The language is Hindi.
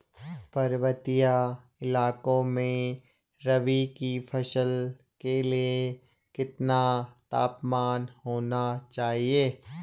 पर्वतीय इलाकों में रबी की फसल के लिए कितना तापमान होना चाहिए?